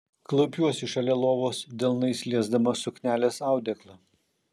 klaupiuosi šalia lovos delnais liesdama suknelės audeklą